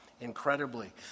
incredibly